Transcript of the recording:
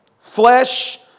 flesh